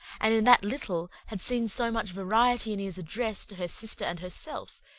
and in that little had seen so much variety in his address to her sister and herself,